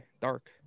dark